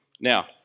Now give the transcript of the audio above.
Now